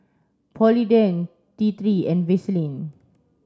Polident T three and Vaselin